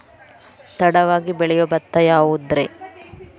ತಡವಾಗಿ ಬೆಳಿಯೊ ಭತ್ತ ಯಾವುದ್ರೇ?